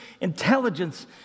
intelligence